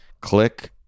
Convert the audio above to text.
click